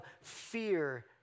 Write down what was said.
fear